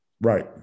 Right